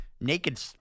naked